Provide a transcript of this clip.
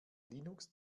linux